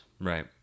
Right